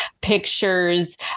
pictures